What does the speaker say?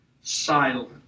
silent